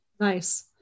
nice